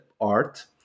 Art